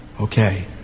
Okay